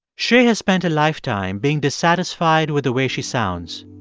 shay has spent a lifetime being dissatisfied with the way she sounds.